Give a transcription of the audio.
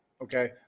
Okay